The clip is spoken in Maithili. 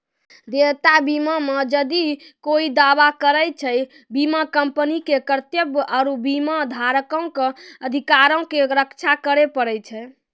देयता बीमा मे जदि कोय दावा करै छै, बीमा कंपनी के कर्तव्य आरु बीमाधारको के अधिकारो के रक्षा करै पड़ै छै